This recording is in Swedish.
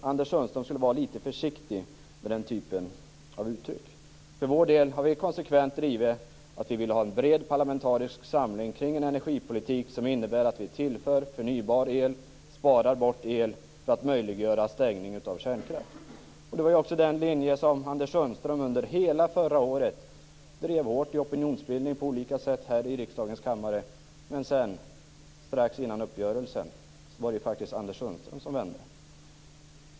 Anders Sundström skall vara litet försiktig med den typen av uttryck. Vi har konsekvent drivit att vi vill ha en bred parlamentarisk samling kring en energipolitik som innebär att vi tillför förnybar el och sparar bort el för att möjliggöra stängning av kärnkraftverk. Det är också den linje som Anders Sundström under hela förra året drev hårt i opinionsbildningen och i riksdagens kammare. Men strax innan uppgörelsen var det faktiskt Anders Sundström som vände.